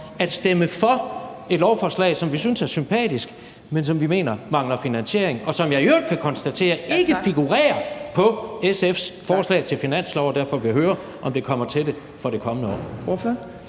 at stemme for et forslag, som vi synes er sympatisk, men som vi mener mangler finansiering, og som jeg i øvrigt kan konstatere ikke figurerer på SF's forslag til finanslov. Og derfor vil jeg høre, om det kommer til det for det kommende år.